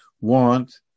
want